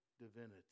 divinity